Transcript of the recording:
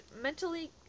mentally